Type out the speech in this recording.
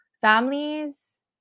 families